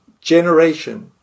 generation